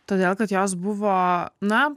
todėl kad jos buvo na